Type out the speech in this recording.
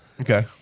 Okay